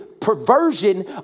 perversion